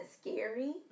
scary